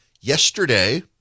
Yesterday